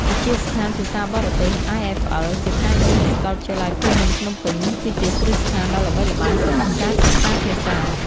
វិទ្យាស្ថានភាសាបរទេស (IFL) ជាផ្នែកមួយនៃសាកលវិទ្យាល័យភូមិន្ទភ្នំពេញ គឺជាគ្រឹះស្ថានដ៏ល្បីល្បាញសម្រាប់ការសិក្សាភាសា។